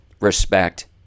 respect